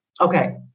okay